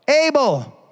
Abel